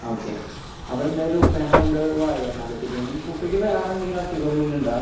okay അപ്പോൾ എന്തായാലും ഉപ്പേനെ കൊണ്ട് വായോ എന്നാൽ ചെക്ക് ചെയ്ത് ഉപ്പയ്ക്ക് വേറെ എന്തെങ്കിലും അസുഖം മുന്നുണ്ടാ